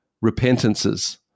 repentances